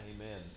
Amen